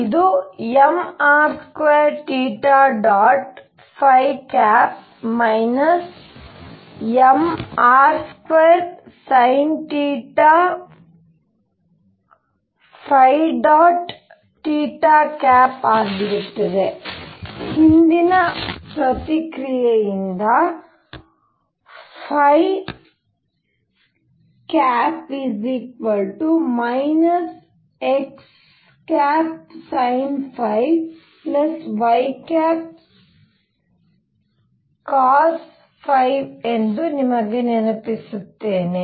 ಇದು mr2 mr2sinθ ಆಗಿರುತ್ತದೆ ಹಿಂದಿನ ಪ್ರಕ್ರಿಯೆಯಿಂದ xsinϕycos ಎಂದು ನಿಮಗೆ ನೆನಪಿಸುತ್ತೇನೆ